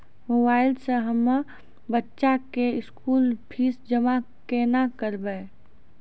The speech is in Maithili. मोबाइल से हम्मय बच्चा के स्कूल फीस जमा केना करबै?